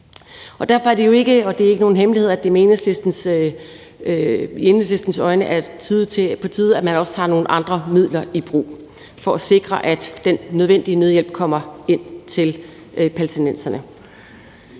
Derfor er det jo ikke nogen hemmelighed, at det i Enhedslistens øjne er på tide, at man også tager nogle andre midler i brug for at sikre, at den nødvendige nødhjælp kommer ind til palæstinenserne.